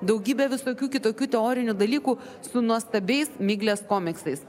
daugybė visokių kitokių teorinių dalykų su nuostabiais miglės komiksais